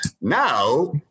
now